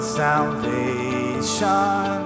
salvation